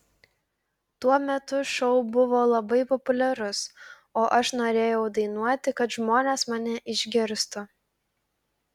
tuo metu šou buvo labai populiarus o aš norėjau dainuoti kad žmonės mane išgirstų